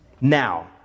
Now